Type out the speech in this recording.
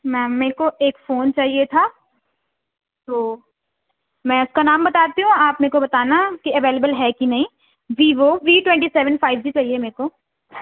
میم میکو ایک فون چاہیے تھا تو میں اس کا نام بتاتی ہوں آپ میکو بتانا کہ اویلیبل ہے کہ نہیں Vivo V twenty seven five G چاہیے میکو